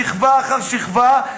שכבה אחר שכבה,